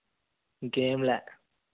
ఇంకా ఏమి లేదు